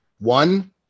one